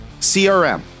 CRM